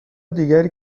دیگری